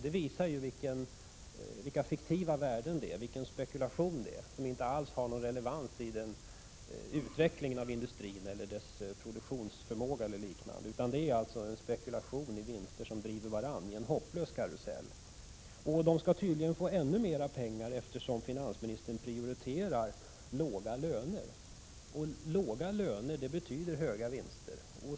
Det visar vilka fiktiva värden och vilken spekulation det är fråga om, en spekulation som inte alls har någon relevans i utvecklingen av industrin, dess produktionsförmåga e.d. Det är alltså spekulationerna i vinster som driver varandra i en hopplös karusell. Aktieägarna skall tydligen få ännu mer pengar, eftersom finansministern prioriterar låga löner. Låga löner betyder höga vinster.